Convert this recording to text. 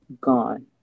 gone